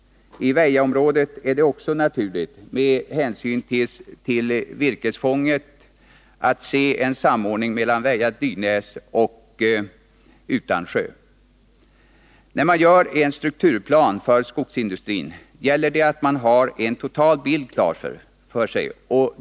I Väjaområdet är det också naturligt med hänsyn till virkesfånget att se en samordning mellan Dynäs-Väja och Utansjö. När man gör en strukturplan för skogsindustrin gäller det att man har en total bild klar för sig.